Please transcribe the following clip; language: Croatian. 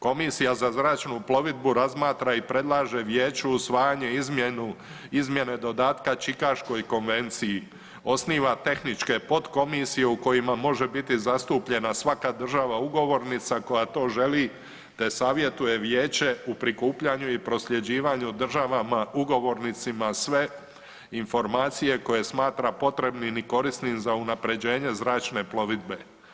Komisija za zračnu plovidbu razmatra i predlaže vijeću usvajanje izmjene dodatka Čikaškoj konvenciji, osniva tehničke potkomisije u kojima može biti zastupljena svaka država ugovornica koja to želi, te savjetuje vijeće u prikupljanju i prosljeđivanju državama ugovornicima sve informacije koje smatra potrebnim i korisnim za unaprjeđenje zračne plovidbe.